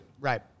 right